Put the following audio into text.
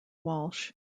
walsh